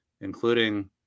including